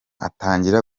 atangira